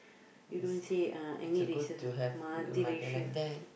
you don't say uh any racial multiracial